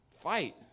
fight